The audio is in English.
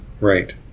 Right